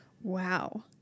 Wow